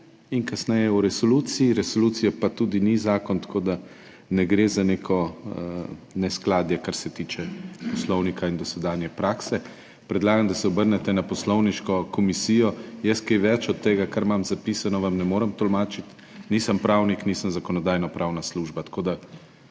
in kasneje o resoluciji, resolucija pa tudi ni zakon, tako da ne gre za neko neskladje, kar se tiče poslovnika in dosedanje prakse. Predlagam, da se obrnete na poslovniško komisijo. Jaz vam kaj več od tega, kar imam zapisano, ne morem tolmačiti, nisem pravnik, nisem Zakonodajno-pravna služba.